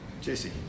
Jesse